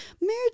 marriage